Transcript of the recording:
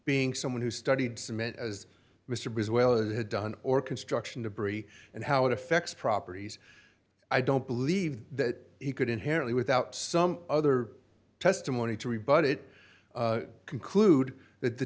being someone who studied cement as mr briggs well had done or construction debris and how it affects properties i don't believe that he could inherently without some other testimony to rebut it conclude that the